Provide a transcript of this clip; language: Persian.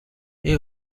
این